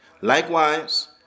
Likewise